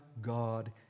God